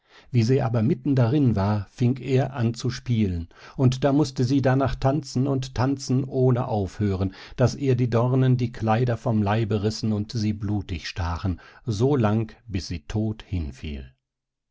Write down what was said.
wie sie aber mitten darin war fing er an zu spielen und da mußte sie darnach tanzen und tanzen ohne aufhören daß ihr die dornen die kleider vom leibe rissen und sie blutig stachen so lang bis sie todt